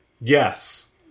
Yes